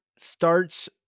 Starts